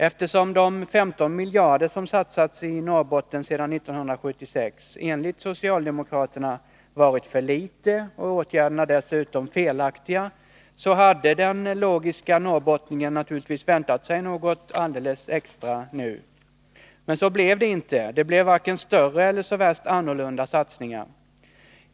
Eftersom de 15 miljarder som satsats i Norrbotten sedan 1976 enligt socialdemokraterna varit för litet och åtgärderna dessutom felaktiga, hade den logiske norrbottningen naturligtvis väntat sig något alldeles extra nu. Men så blev det inte. Det blev varken större eller så särskilt annorlunda satsningar.